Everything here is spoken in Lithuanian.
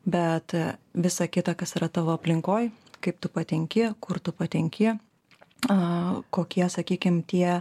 bet visa kita kas yra tavo aplinkoj kaip tu patenki kur tu patenki a kokie sakykime tie